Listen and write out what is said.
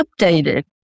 updated